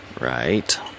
Right